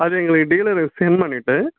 அது எங்களுக்கு டீலருக்கு சென்ட் பண்ணிவிட்டு